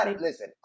Listen